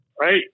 right